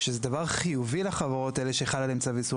שזה דבר חיובי לחברות האלה שחל עליהן צו איסור